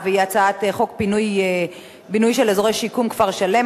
אני קובעת שהצעת חוק בינוי ופינוי של אזורי שיקום (כפר-שלם),